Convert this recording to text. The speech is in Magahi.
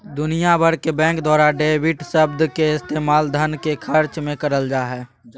दुनिया भर के बैंक द्वारा डेबिट शब्द के इस्तेमाल धन के खर्च मे करल जा हय